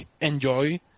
enjoy